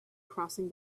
crossing